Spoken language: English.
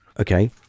okay